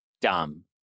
Dumb